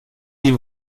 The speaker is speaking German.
die